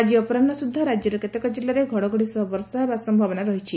ଆଜି ଅପରାହ୍ ସୁଛ୍ବା ରାଜ୍ୟର କେତେକ ଜିଲ୍ଲାରେ ଘଡଘଡି ସହ ବର୍ଷା ହେବା ସମ୍ଭାବନା ରହିଛି